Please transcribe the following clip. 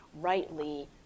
rightly